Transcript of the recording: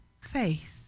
faith